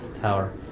tower